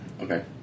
Okay